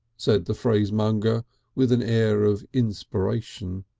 said the phrasemonger with an air of inspiration.